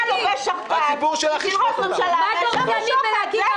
אתה לובש שכפ"צ בשביל ראש ממשלה שנאשם בשוחד.